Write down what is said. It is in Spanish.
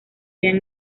habían